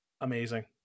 Amazing